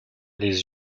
les